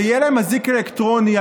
יהיה אזיק אלקטרוני,